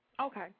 Okay